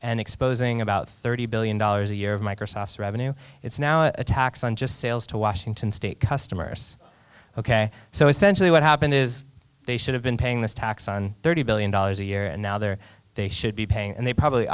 and exposing about thirty billion dollars a year of microsoft's revenue it's now a tax on just sales to washington state customers ok so essentially what happened is they should have been paying this tax on thirty billion dollars a year and now they're they should be paying and they probably